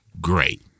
great